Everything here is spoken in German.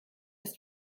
ist